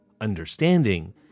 Understanding